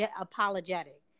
apologetic